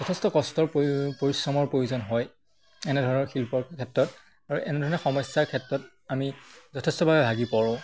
যথেষ্ট কষ্টৰ পৰিশ্ৰমৰ প্ৰয়োজন হয় এনেধৰণৰ শিল্পৰ ক্ষেত্ৰত আৰু এনেধৰণে সমস্যাৰ ক্ষেত্ৰত আমি যথেষ্টভাৱে ভাগি পৰোঁ